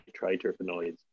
triterpenoids